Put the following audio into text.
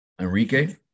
Enrique